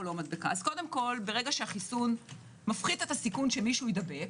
ברגע שהחיסון מפחית את הסיכון שמישהו יידבק,